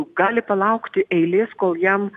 gali palaukti eilės kol jam